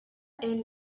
end